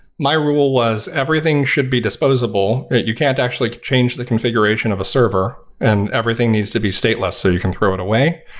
my rule was everything should be disposable. you can't actually change the configuration of a server and everything needs to be stateless so you can throw it away.